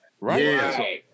Right